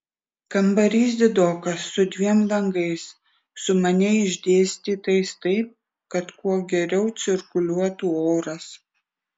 kambarys didokas su dviem langais sumaniai išdėstytais taip kad kuo geriau cirkuliuotų oras